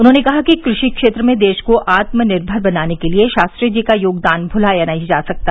उन्होंने कहा कि कृषि क्षेत्र में देश को आत्मनिर्भर बनाने के लिये शास्त्री जी का योगदान भुलाया नहीं जा सकता